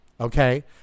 okay